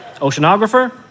Oceanographer